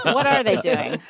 what are they doing?